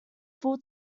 full